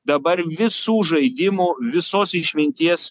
dabar visų žaidimų visos išminties